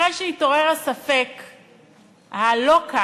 אחרי שהתעורר הספק הלא-קל,